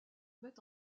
met